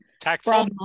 Tactful